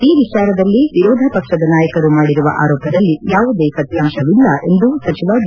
ಈ ವಿಚಾರದಲ್ಲಿ ವಿರೋಧ ಪಕ್ಷದ ನಾಯಕರು ಮಾಡಿರುವ ಆರೋಪದಲ್ಲಿ ಯಾವುದೇ ಸತ್ಯಾಂಶವಿಲ್ಲ ಎಂದೂ ಸಚಿವ ಡಿ